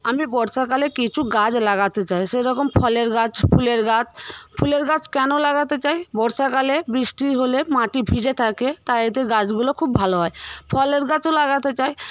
আমি বর্ষাকালে কিছু গাছ লাগাতে চাই সেরকম ফলের গাছ ফুলের গাছ ফুলের গাছ কেন লাগাতে চাই বর্ষাকালে বৃষ্টি হলে মাটি ভিজে থাকে তাই এতে গাছগুলো খুব ভালো হয় ফলের গাছও লাগাতে চাই